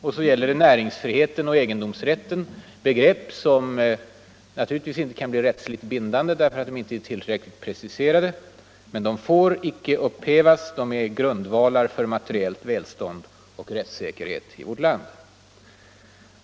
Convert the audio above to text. Sedan gäller det näringsfriheten och egendomsrätten, begrepp som naturligtvis inte kan bli rättsligt bindande därför att de inte är tillräckligt preciserade. Men de får icke upphävas, eftersom de är grundvalar för materiellt välstånd och rättssäkerhet i vårt land.